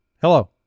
hello